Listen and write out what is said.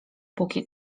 póki